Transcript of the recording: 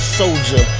soldier